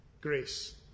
grace